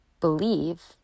believe